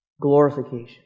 glorification